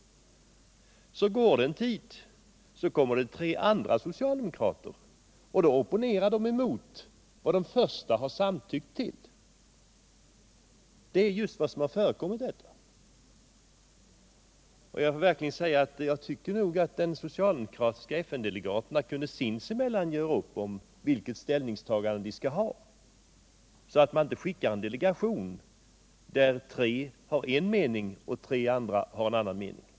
Så går en tid. Då kommer tre andra socialdemokrater, som opponerar sig mot vad de första tre socialdemokraterna har samtyckt till. Just så gick det till. Jag tycker nog att de socialdemokratiska FN-delegaterna sinsemellan kunde göra upp om sitt ställningstagande, så att man inte skickar en delegaticn där tre medlemmar har en mening och tre andra medlemmar en annan mening.